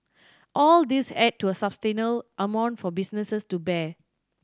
all these add to a amount for businesses to bear